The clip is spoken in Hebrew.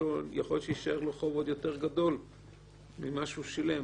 יכול להיות שיישאר לו חוב עוד יותר גדול ממה שהוא שילם.